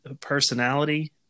personality